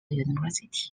university